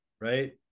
right